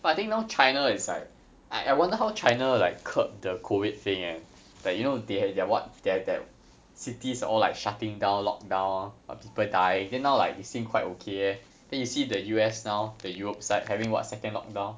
but I think now china is like I I wonder how china like curb the COVID thing eh like you know they have their what they have their cities all like shutting down locked down or people die then now like it seem quite okay eh then you see the U_S now the europe side having what second lockdown